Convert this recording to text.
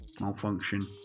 Malfunction